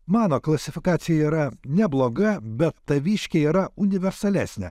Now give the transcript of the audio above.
mano klasifikacija yra nebloga bet taviškė yra universalesnė